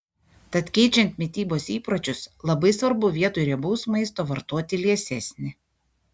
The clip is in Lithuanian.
tad keičiant mitybos įpročius labai svarbu vietoj riebaus maisto vartoti liesesnį